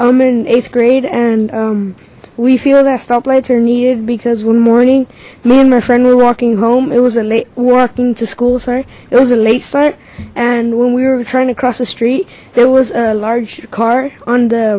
i'm in eighth grade and we feel that stoplights are needed because one morning me and my friend were walking home it was a late walking to school sorry it was a late start and when we were trying to cross the street there was a large car on the